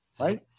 Right